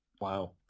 Wow